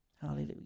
Hallelujah